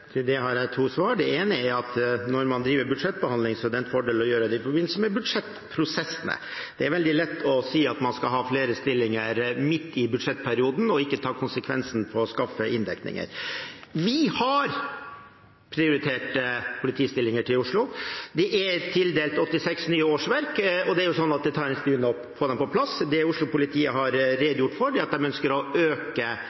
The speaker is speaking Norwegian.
Til det har jeg to svar. Det ene er at når man driver budsjettbehandling, er det en fordel å gjøre det i forbindelse med budsjettprosessene. Det er veldig lett å si midt i budsjettperioden at man skal ha flere stillinger og ikke ta konsekvensen med å skaffe inndekning. Vi har prioritert politistillinger til Oslo, det er tildelt 86 nye årsverk, og det tar en stund å få dem på plass. Det Oslo-politiet har